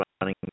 running